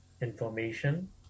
information